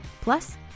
Plus